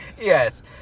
Yes